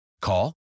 Call